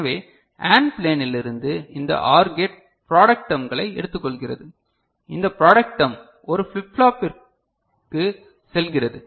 எனவே AND ப்ளேனில் இருந்து இந்த OR கேட் ப்ராடக்ட் டெர்ம்களை எடுத்துக்கொள்கிறது இந்த ப்ராடக்ட் டெர்ம் ஒரு ஃபிளிப் ஃப்ளாப்பிக்கிற்கு செல்கிறது